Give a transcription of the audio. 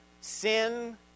sin